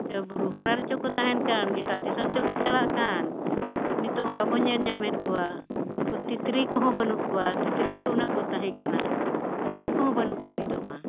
ᱵᱩᱨᱩ ᱦᱟᱨᱟ ᱨᱮᱪᱚ ᱠᱚ ᱛᱟᱦᱮᱱ ᱠᱟᱱ ᱮᱴᱟᱜ ᱫᱤᱥᱚᱢ ᱪᱚ ᱠᱚ ᱪᱟᱞᱟᱜ ᱠᱟᱱ ᱱᱤᱛᱚᱜ ᱢᱟ ᱵᱟᱵᱚᱱ ᱧᱮᱞ ᱧᱟᱢᱮᱫ ᱠᱚᱣᱟ ᱱᱩᱠᱩ ᱛᱤᱛᱨᱤ ᱠᱚᱦᱚᱸ ᱵᱟᱹᱱᱩᱜ ᱠᱚᱣᱟ ᱛᱤᱛᱨᱤ ᱠᱚ ᱩᱱᱟᱹᱜ ᱠᱚ ᱛᱟᱦᱮᱸ ᱠᱟᱱᱟ ᱩᱱᱠᱩ ᱠᱚᱦᱚᱸ ᱵᱟᱹᱱᱩᱜ ᱠᱚᱣᱟ ᱱᱤᱛᱳᱜ ᱢᱟ